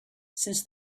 since